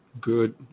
good